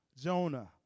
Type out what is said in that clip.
Jonah